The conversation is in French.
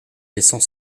laissant